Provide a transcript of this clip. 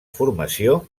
formació